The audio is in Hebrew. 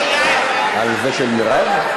זה של מרב?